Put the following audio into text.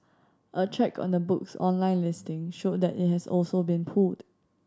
a check on the book's online listing showed that it has also been pulled